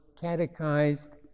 catechized